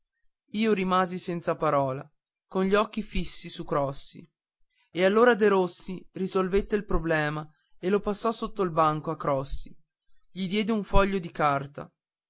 io rimasi senza parola con gli occhi fissi su crossi e allora derossi risolvette il problema e lo passò sotto il banco a crossi gli diede un foglio di carta